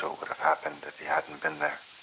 so would have happened if he hadn't been there?